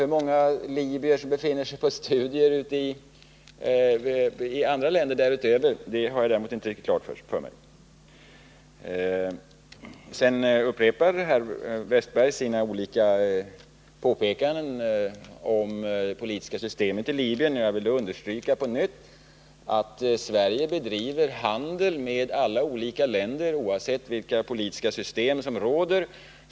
Hur många libyer som befinner sig i andra länder därutöver för studier har jag däremot inte riktigt klart för mig. Herr Wästberg upprepar sina olika påpekanden om det politiska systemet i Libyen. Jag vill på nytt understryka att Sverige bedriver handel med många olika länder, oavsett vilka politiska system som där råder.